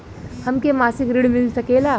हमके मासिक ऋण मिल सकेला?